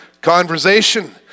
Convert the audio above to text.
conversation